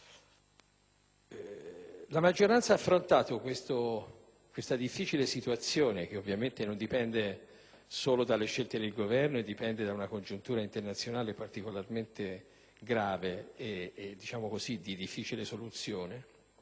La maggioranza ha affrontato questa difficile situazione - che ovviamente non dipende solo dalle scelte del Governo, ma da una congiuntura internazionale particolarmente grave e di difficile soluzione